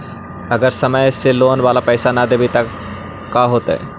अगर समय से लोन बाला पैसा न दे पईबै तब का होतै?